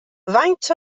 faint